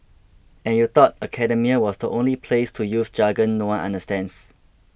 and you thought academia was the only place to use jargon no one understands